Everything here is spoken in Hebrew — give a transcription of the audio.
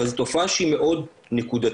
אבל זאת תופעה שהיא מאוד נקודתית,